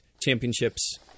championships